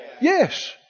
Yes